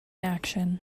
action